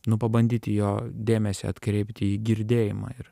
nu pabandyti jo dėmesį atkreipt į girdėjimą ir